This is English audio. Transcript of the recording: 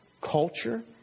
culture